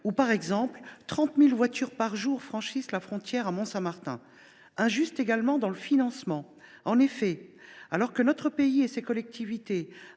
où, par exemple, 30 000 voitures par jour franchissent la frontière à Mont Saint Martin. Il est injuste également dans le financement. En effet, alors que notre pays et ses collectivités